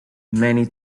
many